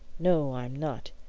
no, i'm not.